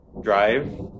drive